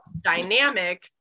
dynamic